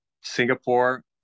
Singapore